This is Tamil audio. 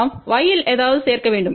நாம் y இல் ஏதாவது சேர்க்க வேண்டும்